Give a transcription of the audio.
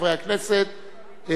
חברי הכנסת,